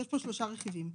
יש פה שלושה רכיבים.